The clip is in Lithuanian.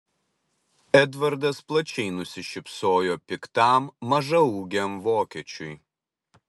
edvardas plačiai nusišypsojo piktam mažaūgiam vokiečiui